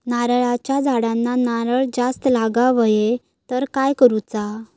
नारळाच्या झाडांना नारळ जास्त लागा व्हाये तर काय करूचा?